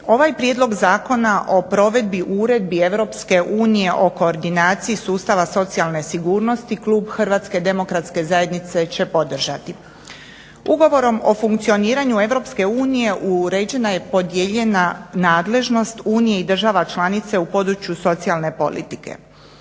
Ovaj Prijedlog zakona o provedbi uredbi Europske unije o koordinaciji sustava socijalne sigurnosti klub Hrvatske demokratske zajednice će podržati. Ugovorom o funkcioniranju EU uređena je podijeljena nadležnost Unije i država članice u području socijalne politike.